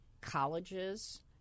colleges